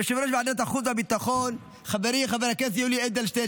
ליושב-ראש ועדת החוץ והביטחון חברי חבר הכנסת יולי אדלשטיין,